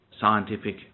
scientific